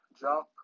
jump